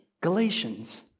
Galatians